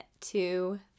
two